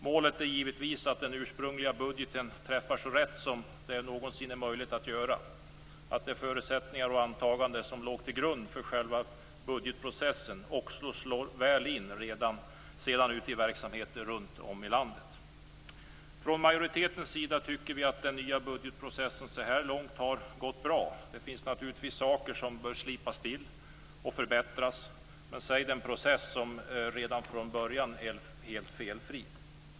Målet är givetvis att den ursprungliga budgeten träffar så rätt som det någonsin är möjligt och att de förutsättningar och antaganden som låg till grund för själva budgetprocessen sedan slår väl in ute i verksamheter runt om i landet. Från majoritetens sida tycker vi att den nya budgetprocessen så här långt har gått bra. Det finns naturligtvis saker som bör slipas till och förbättras, men säg den process som redan från början är helt felfri.